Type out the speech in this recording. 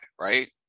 right